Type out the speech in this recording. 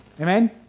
Amen